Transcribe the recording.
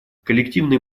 коллективный